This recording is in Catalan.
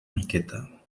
miqueta